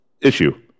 issue